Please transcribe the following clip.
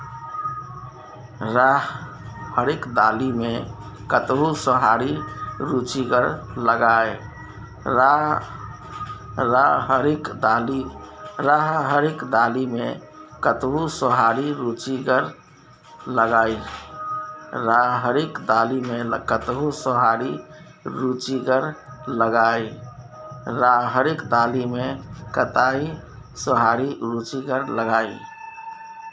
राहरिक दालि मे कतहु सोहारी रुचिगर लागय?